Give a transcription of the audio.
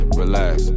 relax